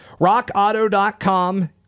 rockauto.com